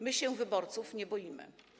My się wyborców nie boimy.